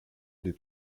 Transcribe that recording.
des